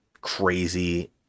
crazy